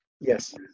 Yes